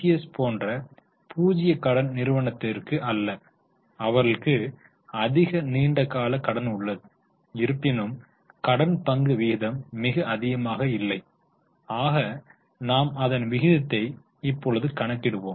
S போன்ற பூஜ்ஜிய கடன் நிறுவனத்திற்கு அல்ல அவர்களுக்கு அதிக நீண்ட கால கடன் உள்ளது இருப்பினும் கடன் பங்கு விகிதம் மிக அதிகமாக இல்லை ஆக நாம் அதன் விகிதத்தை இப்பொழுது கணக்கிடுவோம்